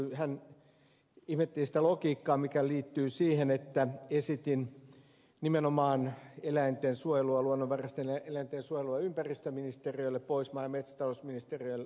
hän ihmetteli sitä logiikkaa mikä liittyy siihen että esitin nimenomaan eläintensuojelua luonnonvaraisten eläinten suojelua ympäristöministeriölle pois maa ja metsätalousministeriöltä